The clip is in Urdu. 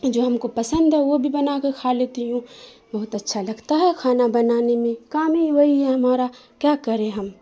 جو ہم کو پسند ہے وہ بھی بنا کے کھا لیتی ہوں بہت اچھا لگتا ہے خانا بنانے میں کام ہی وہی ہے ہمارا کیا کریں ہم